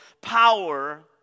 power